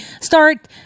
start